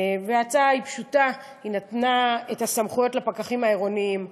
ההצעה פשוטה: היא נתנה סמכויות לפקחים העירוניים.